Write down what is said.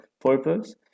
purpose